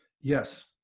Yes